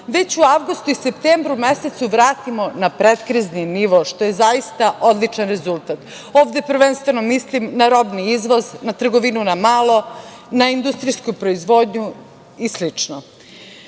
već u avgustu i septembru mesecu vratimo na predkrizni nivo, što je zaista odličan rezultat, ovde prvenstveno mislim na robni izvoz, na trgovinu na malo, na industrijsku proizvodnju i